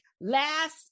last